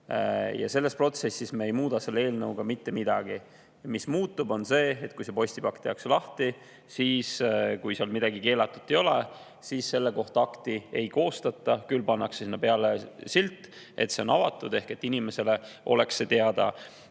Selles protsessis me ei muuda selle eelnõuga mitte midagi. Mis muutub, on see, et kui postipakk tehakse lahti ja kui seal midagi keelatut ei ole, siis selle kohta akti ei koostata. Küll pannakse sinna peale silt selle kohta, et pakk on avatud, et inimestele oleks see teada. Mis